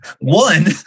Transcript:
one